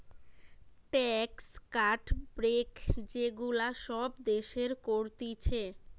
tax cut, break যে গুলা সব দেশের করতিছে